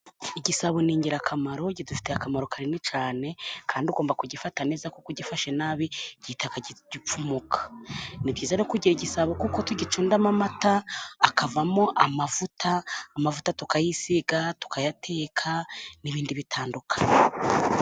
Igisabo ni ingirakamaro kidufite akamaro kanini cyane, kandi ugomba kugifata neza, kuko ugifashe nabi gihita gipfumuka. Ni byiza rero kugira igisabo, kuko tugicundamo amata akavamo amavuta, amavuta tukayisiga, tukayateka, n'ibindi bitandukanye.